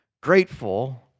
grateful